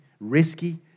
risky